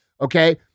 okay